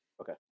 Okay